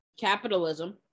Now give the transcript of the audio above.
capitalism